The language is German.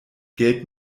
geld